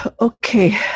Okay